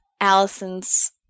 Allison's